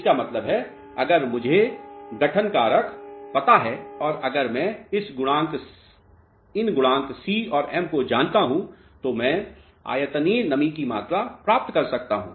इसका मतलब है अगर मुझे गठन कारक पता है और अगर मैं इन गुणांक c और m को जानता हूं तो मैं आयतनीय नमी की मात्रा प्राप्त कर सकता हूं